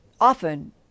often